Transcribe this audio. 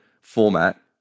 format